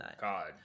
God